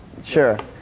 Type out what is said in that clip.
sure.